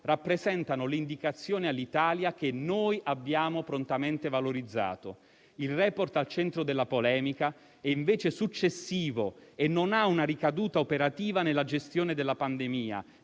rappresentano le indicazioni all'Italia che noi abbiamo prontamente valorizzato. Il *report* al centro della polemica è invece successivo e non ha una ricaduta operativa nella gestione della pandemia;